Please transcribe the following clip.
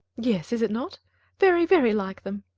yes is it not very, very like them.